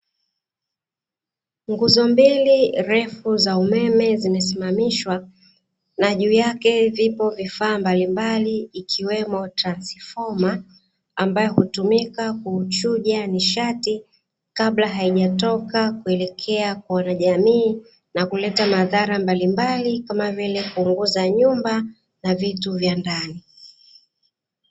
Nguzo mbili refu za umeme zimesimamishwa na juu yake vipo vifaa mbalimbali ikiwemo transfoma, ambayo hutumika kuchuja nishati kabla haijatoka kuelekea kwa wanajamii na kuleta madhara mbalimbali, kama vile kuunguza nyumba na vitu vya ndani.